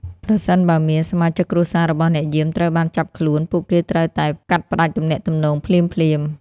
ប្រសិនបើមានសមាជិកគ្រួសាររបស់អ្នកយាមត្រូវបានចាប់ខ្លួន ពួកគេត្រូវតែកាត់ផ្ដាច់ទំនាក់ទំនងភ្លាមៗ។